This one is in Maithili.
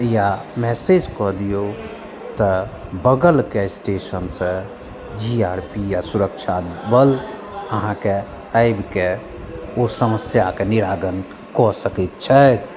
या मैसेज कऽ दिऔ तऽ बगलके स्टेशनसँ जी आर पी या सुरक्षा बल अहाँके आबिके ओ समस्याके निरागन कऽ सकैत छथि